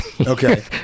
Okay